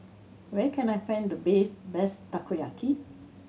where can I find the best best Takoyaki